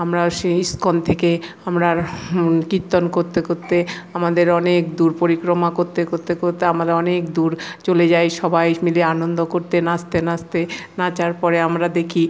আমরা সে ইস্কন থেকে আমরা কীর্তন করতে করতে আমাদের অনেক দূর পরিক্রমা করতে করতে করতে আমাদের অনেক দূর চলে যাই সবাই মিলে আনন্দ করতে নাচতে নাচতে নাচার পরে আমরা দেখি